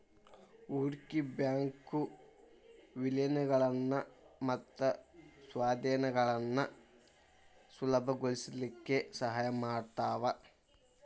ಹೂಡ್ಕಿ ಬ್ಯಾಂಕು ವಿಲೇನಗಳನ್ನ ಮತ್ತ ಸ್ವಾಧೇನಗಳನ್ನ ಸುಲಭಗೊಳಸ್ಲಿಕ್ಕೆ ಸಹಾಯ ಮಾಡ್ತಾವ